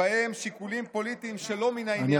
שבהם שיקולים פוליטיים שלא ממין העניין לא ישפיעו,